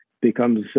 becomes